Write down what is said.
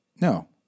No